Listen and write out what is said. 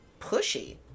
pushy